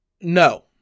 No